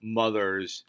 mother's